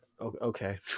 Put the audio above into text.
Okay